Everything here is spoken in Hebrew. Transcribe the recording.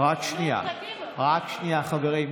רק שנייה, חברים.